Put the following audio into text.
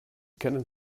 kennen